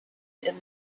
and